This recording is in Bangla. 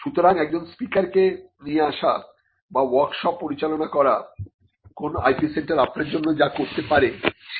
সুতরাং একজন স্পিকারকে কে নিয়ে আসা বা ওয়ার্কশপ পরিচালনা করা কোন IP সেন্টার আপনার জন্য যা করতে পারে সেই জায়গাটা নিতে পারে না